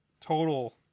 Total